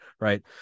Right